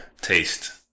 taste